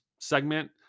segment